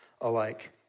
alike